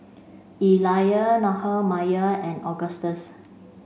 Elia Nehemiah and Augustus